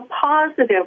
positive